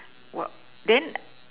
while then